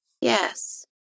Yes